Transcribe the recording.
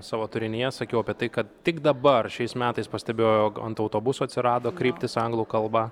savo turinyje sakiau apie tai kad tik dabar šiais metais pastebėjau jog ant autobusų atsirado kryptys anglų kalba